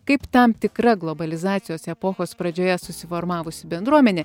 kaip tam tikra globalizacijos epochos pradžioje susiformavusi bendruomenė